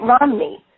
Romney